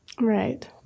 Right